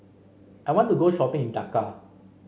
I want to go shopping in Dhaka